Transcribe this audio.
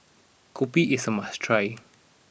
Kopi is a must try